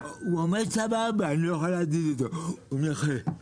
הוא עומד שמה ואני לא יכול להזיז אותו, הוא נכה.